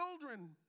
children